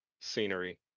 scenery